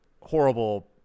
Horrible